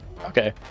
Okay